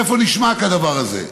איפה נשמע כדבר הזה?